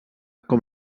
com